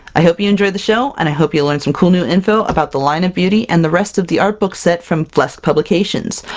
i hope you enjoyed the show, and i hope you learned some cool new info about the line of beauty, and the rest of the art book set from flesk publications!